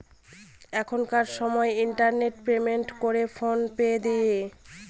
এখনকার সময় internet payment করে ফোন পে দিয়ে